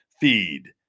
feed